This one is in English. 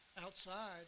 Outside